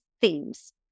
themes